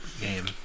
game